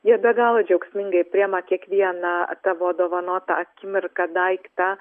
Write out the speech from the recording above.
jie be galo džiaugsmingai priima kiekvieną tavo dovanotą akimirką daiktą